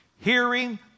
Hearing